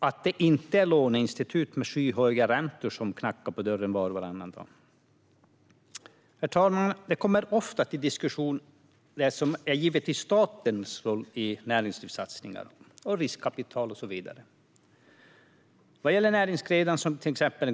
Och det är inga låneinstitut med skyhöga räntor som knackar på dörren var och varannan dag. Statens roll i näringslivssatsningar och i fråga om riskkapital och så vidare kommer ofta upp till diskussion.